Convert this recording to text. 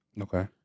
Okay